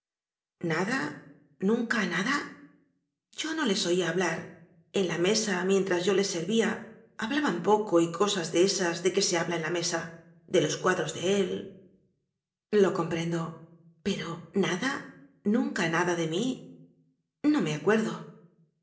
nada nada nunca nada yo no les oía hablar en la mesa mien tras yo les servía hablaban poco y cosas de esas de que se habla eji la mesa de los cua dros de él lo comprendo pero nada nunca nada de mí no me acuerdo